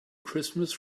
christmas